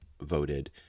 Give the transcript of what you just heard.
voted